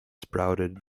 sprouted